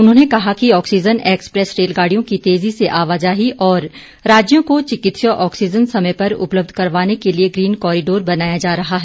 उन्होंने कहा कि आक्सीजन एक्सप्रैस रेलगाड़ियों की तेजी से आवाजाही और राज्यों को चिकित्सीय आक्सीजन समय पर उपलब्ध करवाने के लिए ग्रीन कारीडोर बनाया जा रहा है